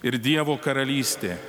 ir dievo karalystė